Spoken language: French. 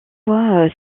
voit